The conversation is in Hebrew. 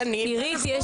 אירית,